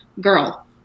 girl